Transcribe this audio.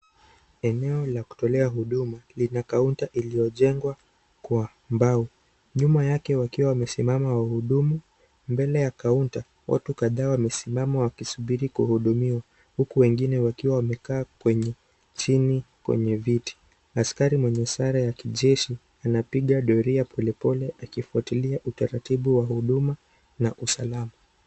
Eneo la kutolea huduma lina kaunta iliyojengwa kwa mbao. Nyuma yake wakiwa wamesimama wahudumu. Mbele ya kaunta watu ladhaa wamesimama wakisubiri kuhudumiwa. Huku wengine wakiwa wamekaa kwenye chini kwenye viti. Askari mwenye sare ya kijeshi anapiga doria polepole, akifuatilia utaratibu wa huduma na usalama.